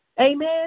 Amen